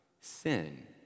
sin